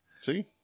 See